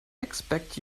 expect